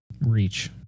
Reach